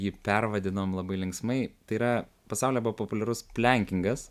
jį pervadinom labai linksmai tai yra pasauly buvo populiarus plenkingas